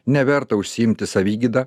neverta užsiimti savigyda